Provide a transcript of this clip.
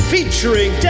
Featuring